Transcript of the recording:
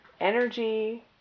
energy